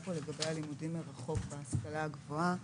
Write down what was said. כאן לגבי הלימודים מרחוק בהשכלה הגבוהה.